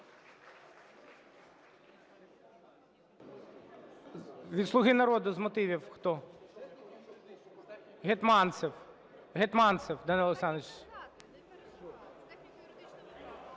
Від "Слуги народу" з мотивів хто? Гетманцев, Гетманцев Данило Олександрович.